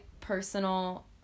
personal